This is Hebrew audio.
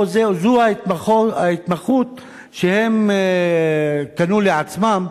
או זו ההתמחות שהם קנו לעצמם,